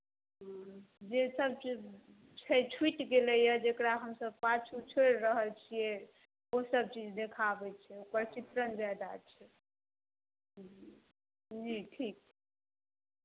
ह्म्म जेसभ चीज छै छुटि गेलैए जकरा हमसभ पाछू छोड़ि रहल छियै ओसभ चीज देखाबै छै ओकर चित्रण ज्यादा छै जी ठीक